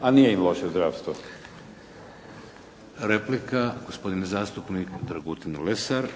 A nije im loše zdravstvo. **Šeks, Vladimir (HDZ)** Replika. Gospodin zastupnik Dragutin Lesar.